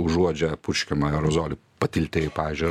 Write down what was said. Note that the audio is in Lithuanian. užuodžia purškiamą aerozolį patiltėj pavyzdžiui ar